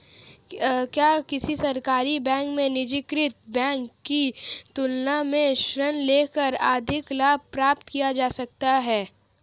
क्या किसी सरकारी बैंक से निजीकृत बैंक की तुलना में ऋण लेकर अधिक लाभ प्राप्त किया जा सकता है?